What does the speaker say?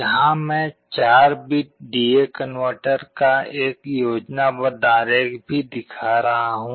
यहां मैं 4 bit D A converter का एक योजनाबद्ध आरेख भी दिखा रहा हूं